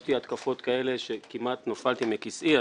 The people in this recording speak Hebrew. הרגשתי התקפות כאלה שכמעט נפלתי מכיסאי.